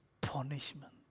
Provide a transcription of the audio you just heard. punishment